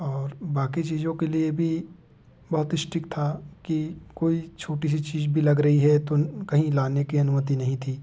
और बाकी चीजों के लिए भी बहुत स्ट्रिक्ट था कि कोई छोटी सी चीज भी लग रही है तो कहीं लाने की अनुमति नहीं थी